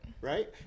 Right